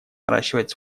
наращивать